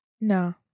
no